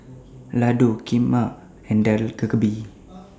Ladoo Kheema and Dak Galbi